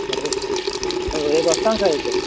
సరే సార్ రేపు వస్తాను సార్ అయితే